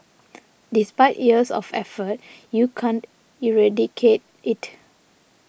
despite years of effort you can't eradicate it